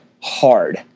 hard